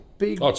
Big